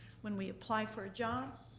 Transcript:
when we apply for a job.